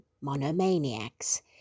monomaniacs